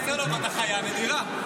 וסרלאוף, אתה חיה נדירה.